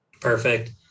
Perfect